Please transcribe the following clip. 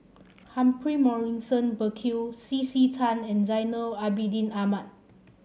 Humphrey Morrison Burkill C C Tan and Zainal Abidin Ahmad